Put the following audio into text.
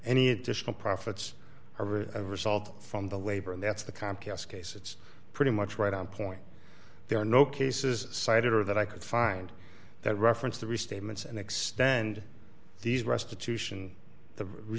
any additional profits are a result from the labor and that's the comcast case it's pretty much right on point there are no cases cited or that i could find that reference the restatements and extend these restitution the re